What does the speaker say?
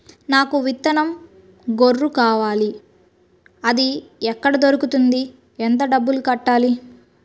నాకు విత్తనం గొర్రు కావాలి? అది ఎక్కడ దొరుకుతుంది? ఎంత డబ్బులు కట్టాలి?